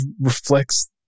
reflects